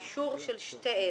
אישור של שתי אלה,